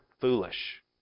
foolish